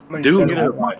Dude